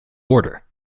order